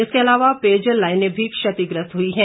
इसके अलावा पेयजल लाईने भी क्षतिग्रस्त हुई हैं